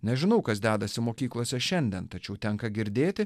nežinau kas dedasi mokyklose šiandien tačiau tenka girdėti